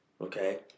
okay